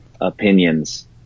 opinions